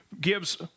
gives